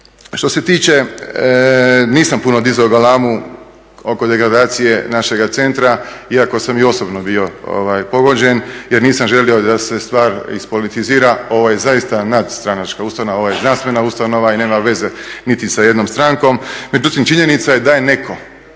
Što se tiče, nisam puno dizao galamu oko degradacije našega centra iako sam i osobno bio pogođen jer nisam želio da se stvar ispolitizira, ovo je zaista nadstranačka ustanova, ovo je znanstvena ustanova i nema veze niti sa jednom strankom. Međutim, činjenica je da je netko